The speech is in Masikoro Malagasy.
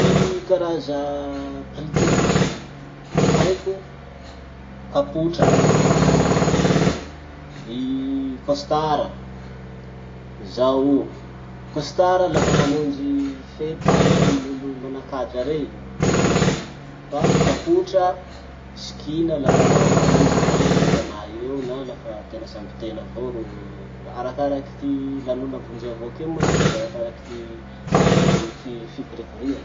Ty karaza palito haiko: kapotra, i costard. Zao o. Costard lafa mamonjy fety miaraky amin'olo manakaja rey fa kapotra sikina lafa manitsy ty andro antanà eo na lafa tena samby tena avao ro- arakakaraky ty lanona vonjea avao kea moa io sady arakaraky ty ty fi fivorivoria.